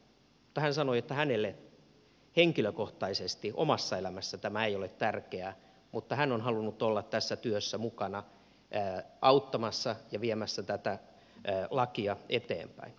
hän sanoi että hänelle henkilökohtaisesti omassa elämässään tämä ei ole tärkeää mutta hän on halunnut olla tässä työssä mukana auttamassa ja viemässä tätä lakia eteenpäin